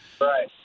Right